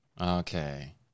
Okay